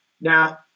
Now